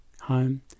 home